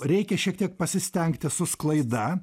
reikia šiek tiek pasistengti su sklaida